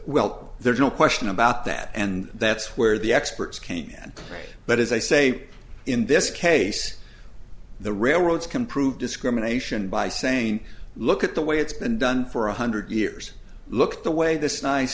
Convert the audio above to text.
well there's no question about that and that's where the experts came in but as i say in this case the railroads can prove discrimination by saying look at the way it's been done for one hundred years look the way this nice